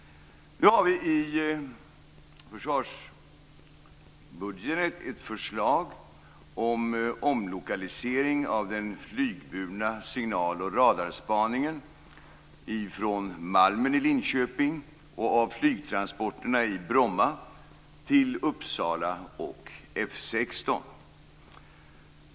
Nu finns i försvarsbudgeten ett förslag om omlokalisering av den flygburna signal och radarspaningen från Malmen i Linköping och av flygtransporterna i Bromma till F 16 i Uppsala.